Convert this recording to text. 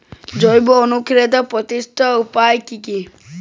জৈব অনুখাদ্য প্রস্তুতিকরনের উপায় কী কী?